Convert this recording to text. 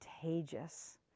contagious